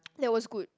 that was good